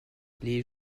les